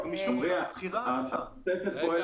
את הגמישות בבחירה ניתן לשנות.